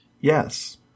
Yes